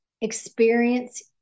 experience